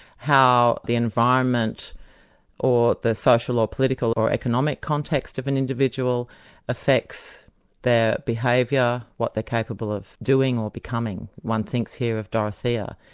how the environment or the social or political or economic context of an individual affects their behaviour, what they're capable of doing or becoming. one things here of dorothea,